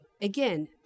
Again